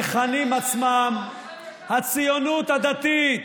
המופע הזה בא מצידם של אנשים המכנים את עצמם "הציונות הדתית".